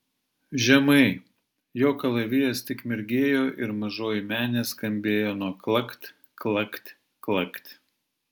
žemai jo kalavijas tik mirgėjo ir mažoji menė skambėjo nuo klakt klakt klakt